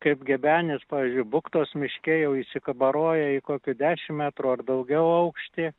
kaip gebenės pavyzdžiui buktos miške jau įsikabarojo į kokių dešimt metrų ar daugiau aukštį